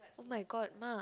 oh-my-god ma